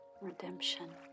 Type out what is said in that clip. redemption